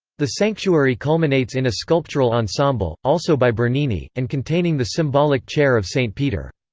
the sanctuary culminates in a sculptural ensemble, also by bernini, and containing the symbolic chair of saint peter.